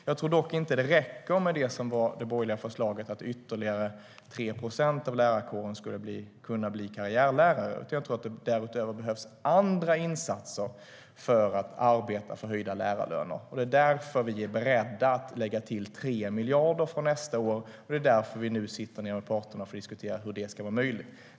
Jag tror dock inte att det räcker med det som fanns i det borgerliga förslaget, alltså att ytterligare 3 procent av lärarkåren skulle kunna bli karriärlärare, utan jag tror att det därutöver behövs andra insatser för att arbeta för höjda lärarlöner. Det är därför vi är beredda att lägga till 3 miljarder för nästa år, och det är därför vi nu sitter ned med parterna för att diskutera hur det ska vara möjligt.